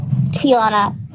Tiana